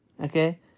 Okay